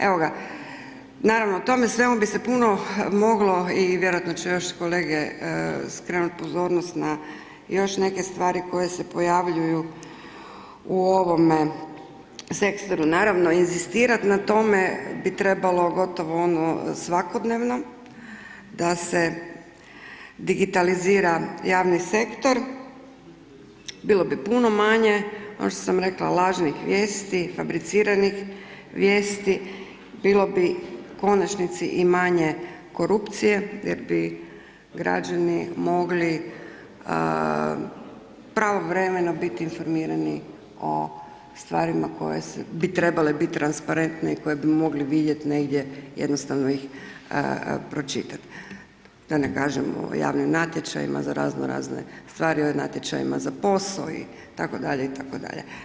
Evo ga, naravno o tome svemu bi se puno moglo i vjerojatno će još kolege skrenut pozornost na još neke stvari koje se pojavljuju u ovome sektoru, naravno inzistirat na tome bi trebalo gotovo ono svakodnevno da se digitalizira javni sektor, bilo bi puno manje ono što sam rekla lažnih vijesti, fabriciranih vijesti, bilo bi u konačnici i manje korupcije jer bi građani mogli pravovremeno biti informirani o stvarima koje bi trebale biti transparentne i koje bi mogli vidjet negdje, jednostavno ih pročitat, da ne kažem o javnim natječajima za razno razne stvari, o natječajima za poso itd., itd.